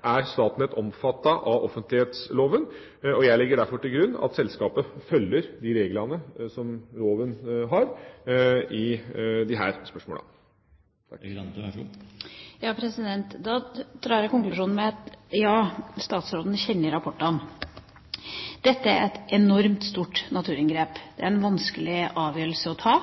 er Statnett omfattet av offentlighetsloven, og jeg legger derfor til grunn at selskapet følger reglene i loven i disse spørsmålene. Da drar jeg den konklusjonen at statsråden kjenner rapportene. Dette er et enormt stort naturinngrep. Det er en vanskelig avgjørelse å ta.